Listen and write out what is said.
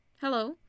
Hello